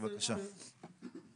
בבקשה.